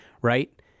Right